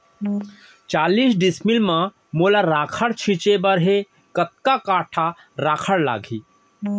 चालीस डिसमिल म मोला राखड़ छिंचे बर हे कतका काठा राखड़ लागही?